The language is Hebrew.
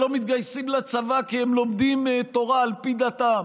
שלא מתגייסים לצבא כי הם לומדים תורה על פי דתם,